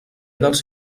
dels